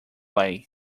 lay